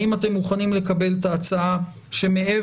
האם אתם מוכנים לקבל את ההצעה שמעבר